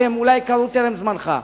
כי הם אולי קרו טרם זמנך.